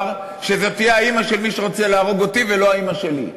שזאת תהיה האימא של מי שרוצה להרוג אותי ולא האימא שלי.